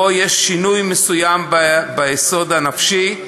יש בו שינוי מסוים בעניין היסוד הנפשי.